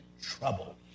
trouble